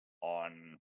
on